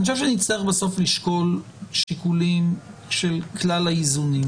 אני חושב שנצטרך בסוף לשקול שיקולים של כלל האיזונים.